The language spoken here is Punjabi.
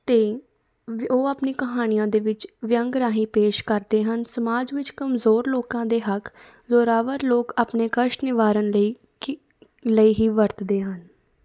ਅਤੇ ਵੀ ਉਹ ਆਪਣੀ ਕਹਾਣੀਆਂ ਦੇ ਵਿੱਚ ਵਿਅੰਗ ਰਾਹੀਂ ਪੇਸ਼ ਕਰਦੇ ਹਨ ਸਮਾਜ ਵਿੱਚ ਕਮਜ਼ੋਰ ਲੋਕਾਂ ਦੇ ਹੱਕ ਜ਼ੋਰਾਵਰ ਲੋਕ ਆਪਣੇ ਕਸ਼ਟ ਨਿਵਾਰਨ ਲਈ ਕੀ ਲਈ ਹੀ ਵਰਤਦੇ ਹਨ